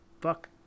fuck